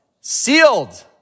Sealed